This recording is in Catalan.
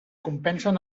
compensen